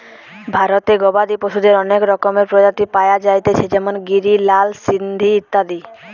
ভারতে গবাদি পশুদের অনেক রকমের প্রজাতি পায়া যাইতেছে যেমন গিরি, লাল সিন্ধি ইত্যাদি